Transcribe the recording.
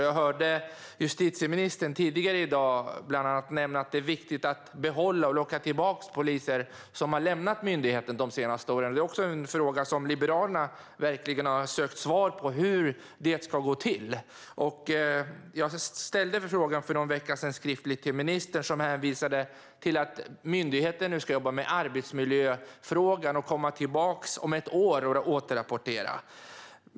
Jag hörde justitieministern tidigare i dag nämna bland annat att det är viktigt att behålla och locka tillbaka poliser som har lämnat myndigheten under de senaste åren. Det är också en fråga som Liberalerna verkligen har sökt svar på hur det ska gå till. Jag ställde en skriftlig fråga till ministern om detta för någon vecka sedan. Han hänvisade till att myndigheten nu ska jobba med arbetsmiljöfrågan och komma tillbaka om ett år och återrapportera.